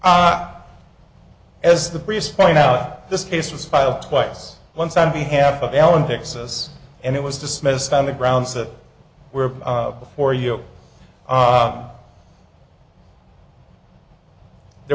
not as the priest pointed out this case was filed twice once on behalf of alan texas and it was dismissed on the grounds that were before you there